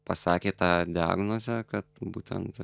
pasakė tą diagnozę kad būtent